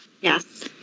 Yes